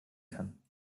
kann